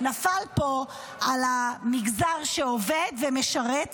נפל פה על המגזר שעובד ומשרת,